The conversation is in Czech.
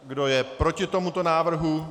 Kdo je proti tomuto návrhu?